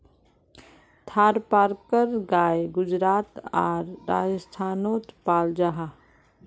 थारपारकर गाय गुजरात आर राजस्थानोत पाल जाहा